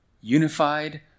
Unified